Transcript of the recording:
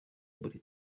buri